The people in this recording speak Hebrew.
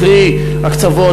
קרי הקצבות,